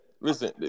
Listen